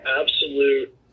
absolute